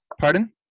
Pardon